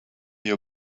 your